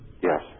Yes